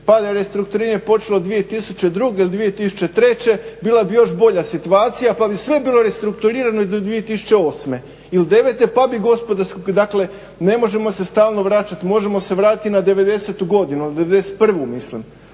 … restrukturiranja je počelo 2002.ili 2003.bila bi još bolja situacija pa bi sve bilo restrukturirano i do 2008.ili devete dakle ne možemo se stalno vraćati, možemo se vratiti i na '90.-tu godinu ili